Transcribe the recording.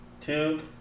two